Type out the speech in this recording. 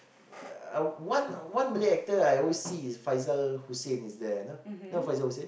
um one one Malay actor I always see is Faizal-Hussain is there you know you know Faizal-Hussain